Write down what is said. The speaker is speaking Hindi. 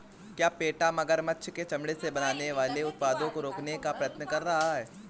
क्या पेटा मगरमच्छ के चमड़े से बनने वाले उत्पादों को रोकने का प्रयत्न कर रहा है?